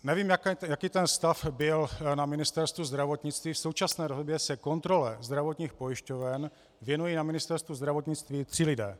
Nevím, jaký stav byl na Ministerstvu zdravotnictví, v současné době se kontrole zdravotních pojišťoven věnují na Ministerstvu zdravotnictví tři lidé.